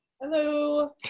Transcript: Hello